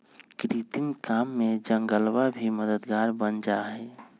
कृषि काम में जंगलवा भी मददगार बन जाहई